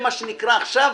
שנקרא עכשיו,